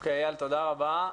איל, תודה רבה.